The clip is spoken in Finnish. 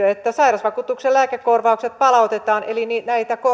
että sairausvakuutuksen lääkekorvaukset palautetaan eli näitä